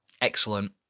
excellent